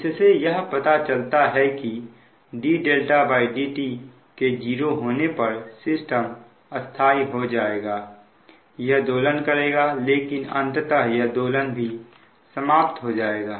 इससे यह पता चलता है कि ddt के 0 होने पर सिस्टम स्थाई हो जाएगा यह दोलन करेगा लेकिन अंततः यह दोलन भी समाप्त हो जाएगा